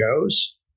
goes